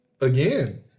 again